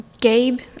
Gabe